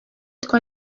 twa